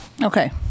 Okay